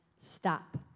stop